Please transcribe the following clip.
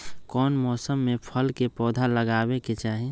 कौन मौसम में फल के पौधा लगाबे के चाहि?